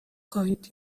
خواهید